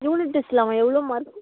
unit டெஸ்ட்டில் அவன் எவ்வளோ மார்க்கு